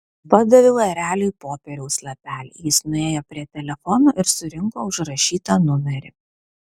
padaviau ereliui popieriaus lapelį jis nuėjo prie telefono ir surinko užrašytą numerį